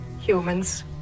Humans